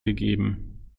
gegeben